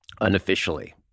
unofficially